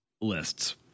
lists